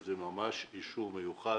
זה ממש אישור מיוחד